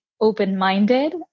open-minded